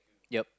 yep